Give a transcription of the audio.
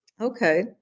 okay